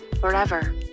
forever